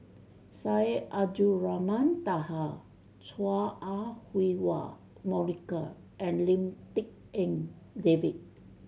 Syed Abdulrahman Taha Chua Ah Huwa Monica and Lim Tik En David